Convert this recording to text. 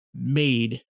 made